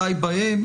די בהן,